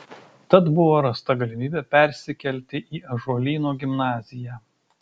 tad buvo rasta galimybė persikelti į ąžuolyno gimnaziją